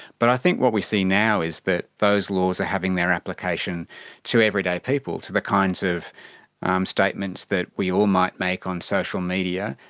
but i think what we see now is that those laws are having their application to everyday people, to the kinds of um statements that we all might make on social media,